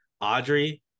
Audrey